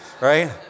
right